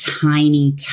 tiny